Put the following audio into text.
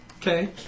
Okay